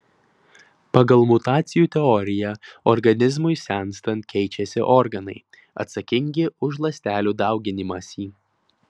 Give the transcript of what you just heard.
pagal mutacijų teoriją organizmui senstant keičiasi organai atsakingi už ląstelių dauginimąsi